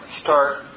start